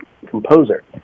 composer